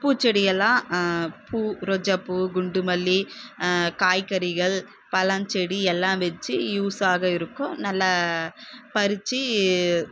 பூச்செடி எல்லாம் பூ ரோஜா பூ குண்டு மல்லி காய்கறிகள் பழம் செடி எல்லாம் வச்சு யூஸ்ஸாக இருக்கும் நல்ல பறிச்சு